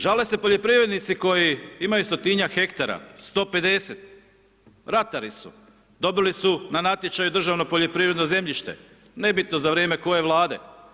Žale se poljoprivrednici koji imaju stotinjak hektara, 150, ratari su, dobili su na natječaju državno poljoprivredno zemljište, nebitno za vrijeme koje Vlade.